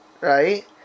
Right